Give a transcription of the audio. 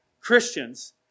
Christians